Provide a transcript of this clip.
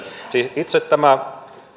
siis itse tämä